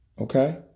Okay